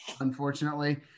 unfortunately